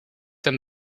hem